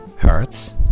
hearts